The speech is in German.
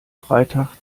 freitag